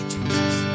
Jesus